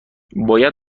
باید